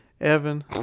Evan